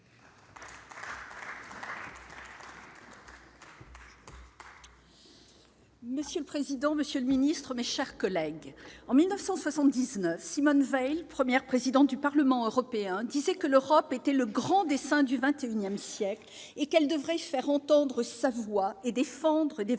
Monsieur le président, Monsieur le Ministre, mes chers collègues, en 1979 Simone Veil, première présidente du Parlement européen, disait que l'Europe était le grand dessein du 21ème siècle et qu'elle devrait faire entendre sa voix et défendre des valeurs